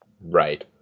right